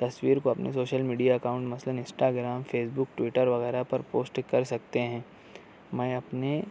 تصویر کو اپنے سوشل میڈیا اکاؤنٹ مثلاً انسٹاگرام فیس بک ٹوئٹر وغیرہ پر پوسٹ کر سکتے ہیں میں اپنے